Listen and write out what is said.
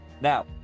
Now